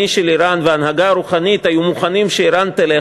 של איראן וההנהגה הרוחנית היו מוכנים שאיראן תלך,